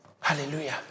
hallelujah